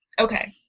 okay